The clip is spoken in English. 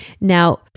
Now